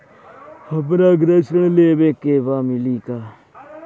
हमरा गृह ऋण लेवे के बा मिली का?